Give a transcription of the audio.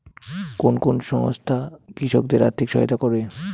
কোন কোন সংস্থা কৃষকদের আর্থিক সহায়তা করে?